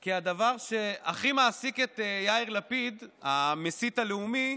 כי הדבר שהכי מעסיק את יאיר לפיד, המסית הלאומי,